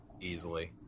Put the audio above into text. Easily